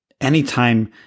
anytime